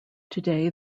today